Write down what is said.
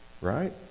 Right